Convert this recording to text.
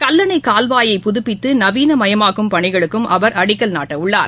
கல்லணை கால்வாயை புதப்பித்து நவீனமயமாக்கும் பணிகளுக்கும் அவர் அடிக்கல் நாட்டவுள்ளார்